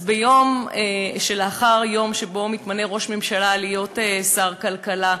אז ביום שלאחר היום שבו מתמנה ראש הממשלה להיות שר הכלכלה,